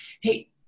hey